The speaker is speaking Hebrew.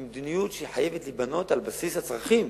היא מדיניות שחייבת להיבנות על בסיס הצרכים